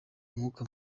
umwuka